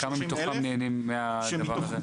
כמה מתוכם בדבר הזה?